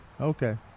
okay